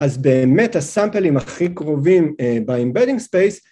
אז באמת הסאמפלים הכי קרובים באימבדינג ספייס